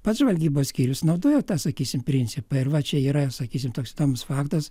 pats žvalgybos skyrius naudojo tą sakysim principą ir va čia yra sakysim toks įdomus faktas